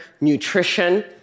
nutrition